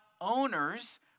owners